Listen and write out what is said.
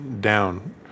down